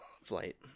Flight